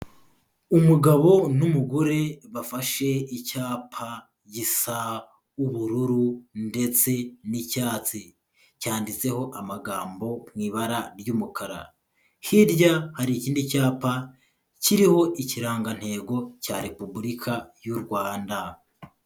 Umugabo n'umugore bafashe icyapa gisa ubururu ndetse n'icyatsi, cyanditseho amagambo mu ibara ry'umukara, hirya hari ikindi cyapa kiriho ikirangantego cya Repubulika y'u Rwanda.